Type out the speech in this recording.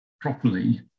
properly